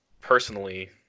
Personally